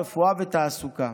רפואה ותעסוקה.